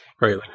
Right